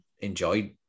enjoyed